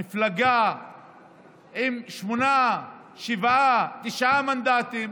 מפלגה עם שמונה, שבעה, תשעה מנדטים,